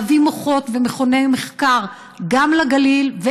להביא מוחות ומכוני מחקר גם לגליל,